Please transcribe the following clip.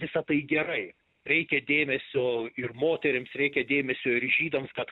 visa tai gerai reikia dėmesio ir moterims reikia dėmesio ir žydams kad